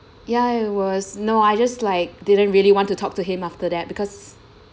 ya it was no I just like didn't really want to talk to him after that because